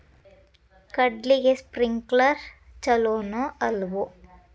ಕಡ್ಲಿಗೆ ಸ್ಪ್ರಿಂಕ್ಲರ್ ಛಲೋನೋ ಅಲ್ವೋ?